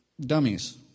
dummies